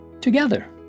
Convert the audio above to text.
together